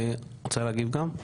רוצה להגיב גם משהו.